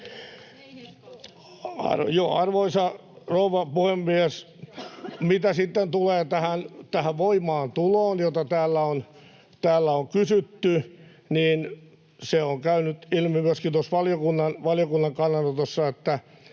Arvoisa rouva puhemies! Mitä sitten tulee tähän voimaantuloon, josta täällä on kysytty, niin on käynyt ilmi myöskin tuossa valiokunnan kannanotossa, että